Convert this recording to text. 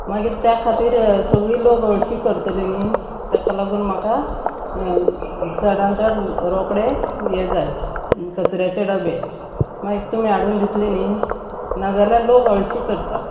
मागीर त्या खातीर सगळीं लोक हळशी करतली न्ही ताका लागून म्हाका चडान चड रोकडे हे जाय कचऱ्याचे डबे मागीर तुमी हाडून दितली न्ही नाजाल्यार लोक हळशी करता